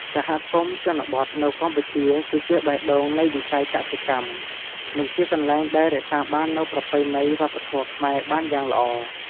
សហគមន៍ជនបទនៅកម្ពុជា គឺជាបេះដូងនៃវិស័យកសិកម្ម និងជាកន្លែងដែលរក្សាបាននូវប្រពៃណីវប្បធម៌ខ្មែរបានយ៉ាងល្អ។